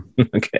Okay